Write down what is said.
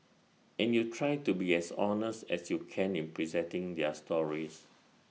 and you try to be as honest as you can in presenting their stories